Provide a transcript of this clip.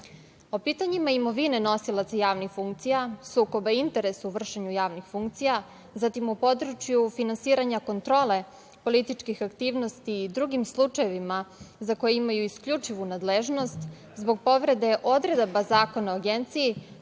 pitanjima imovine nosilaca javnih funkcija, sukoba interesa u vršenju javnih funkcija, zatim u području finansiranja kontrole političkih aktivnosti i drugim slučajevima, za koje imaju isključivu nadležnost, zbog povrede odredaba Zakona o Agenciji